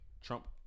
Trump